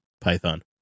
Python